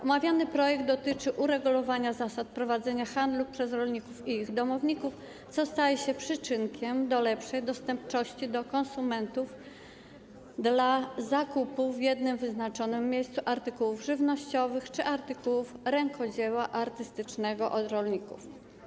Omawiany projekt dotyczy uregulowania zasad prowadzenia handlu przez rolników i ich domowników, co przyczyni się do lepszego dostępu dla konsumentów do możliwości zakupu w jednym, wyznaczonym miejscu artykułów żywnościowych czy artykułów rękodzieła artystycznego od rolników.